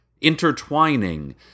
Intertwining